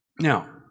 Now